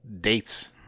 dates